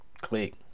Click